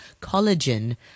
collagen